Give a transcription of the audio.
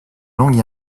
langue